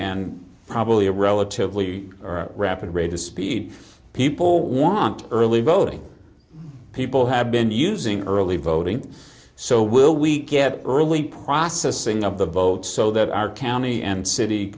and probably a relatively rapid rate of speed people want early voting people have been using early voting so will we get early processing of the boat so that our county and city